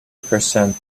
percent